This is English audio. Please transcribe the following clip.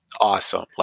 awesome